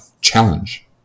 challenge